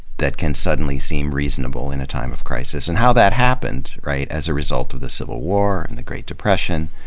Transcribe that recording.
that can suddenly seem reasonable in a time of crisis, and how that happened as a result of the civil war and the great depression.